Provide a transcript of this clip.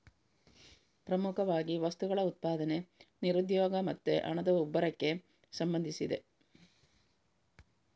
ಪ್ರಮುಖವಾಗಿ ವಸ್ತುಗಳ ಉತ್ಪಾದನೆ, ನಿರುದ್ಯೋಗ ಮತ್ತೆ ಹಣದ ಉಬ್ಬರಕ್ಕೆ ಸಂಬಂಧಿಸಿದೆ